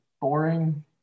boring